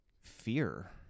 fear